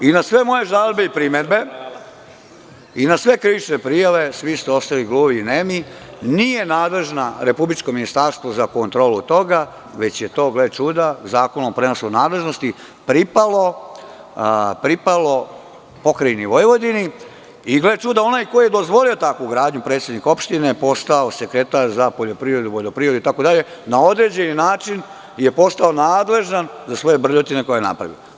Na sve moje žalbe i primedbe i na sve krivične prijave, svi su ostali gluvi i nemi, nije nadležno republičko ministarstvo za kontrolu toga, već je to, gle čuda, zakonom o prenosu nadležnosti, pripalo Pokrajini Vojvodini i, gle čuda, onaj ko je dozvolio takvu gradnju, predsednik opštine, postao je sekretar za poljoprivredu, vodoprivredu i na određeni način je postao nadležan za svoje brljotine koje je napravio.